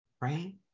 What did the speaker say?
right